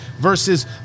versus